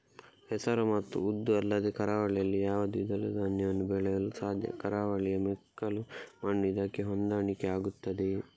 ಹೆಸರು ಮತ್ತು ಉದ್ದು ಅಲ್ಲದೆ ಕರಾವಳಿಯಲ್ಲಿ ಯಾವ ದ್ವಿದಳ ಧಾನ್ಯವನ್ನು ಬೆಳೆಯಲು ಸಾಧ್ಯ? ಕರಾವಳಿಯ ಮೆಕ್ಕಲು ಮಣ್ಣು ಇದಕ್ಕೆ ಹೊಂದಾಣಿಕೆ ಆಗುತ್ತದೆಯೇ?